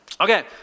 Okay